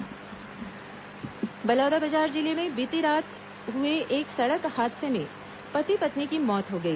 दुर्घटना बलौदाबाजार जिले में बीती रात हुए एक सड़क हादसे में पति पत्नी की मौत हो गई